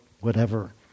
whatever-